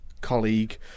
colleague